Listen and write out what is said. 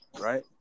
Right